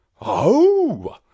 Oh